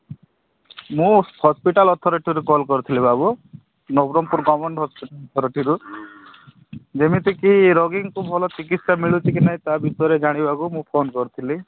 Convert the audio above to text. ମୁଁ ହସ୍ପିଟାଲ୍ ଅଥରିଟିରୁ କଲ୍ କରିଥିଲି ବାବୁ ନବରଙ୍ଗପୁର ଗଭରନମେଣ୍ଟ୍ ଅଥରିଟିରୁ ଯେମିତିକି ରୋଗୀଙ୍କୁ ଭଲ ଚିକିତ୍ସା ମିଳୁଛି କି ନାହିଁ ତା ବିଷୟରେ ଜାଣିବାକୁ ମୁଁ ଫୋନ୍ କରିଥିଲି